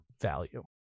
value